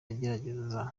agerageza